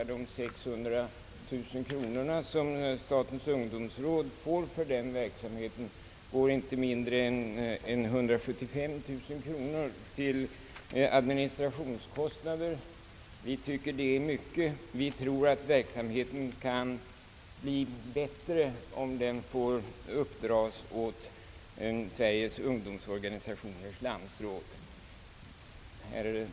Av de 600 000 kronorna, som statens ungdomsråd tilldelas, går inte mindre än 175 000 kronor till administrationskostnader. Vi tycker att det är ett stort belopp. Vi förmenar att verksamheten kan skötas bättre om det uppdrages åt Sveriges ungdomsorganisationers landsråd att sköta denna verksamhet.